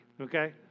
okay